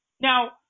Now